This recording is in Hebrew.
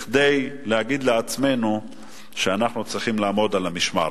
כדי להגיד לעצמנו שאנחנו צריכים לעמוד על המשמר.